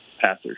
passer